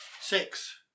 Six